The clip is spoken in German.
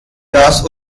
das